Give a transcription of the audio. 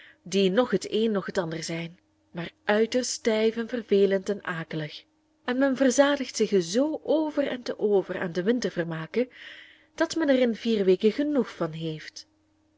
die noch het een noch het ander zijn maar uiterst stijf en vervelend en akelig en men verzadigt zich zoo over en te over aan de wintervermaken dat men er in vier weken genoeg van heeft